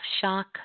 shock